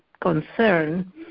concern